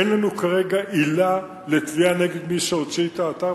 אין לנו כרגע עילה לתביעה נגד מי שהוציא את האתר,